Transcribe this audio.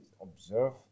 observe